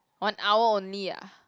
one hour only ah